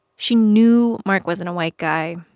she knew mark wasn't a white guy,